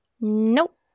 Nope